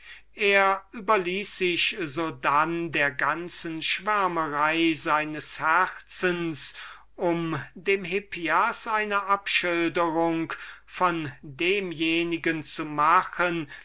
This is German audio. er überließ sich hierauf der ganzen schwärmerei seines herzens um dem hippias eine abschilderung von demjenigen zu machen